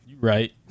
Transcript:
Right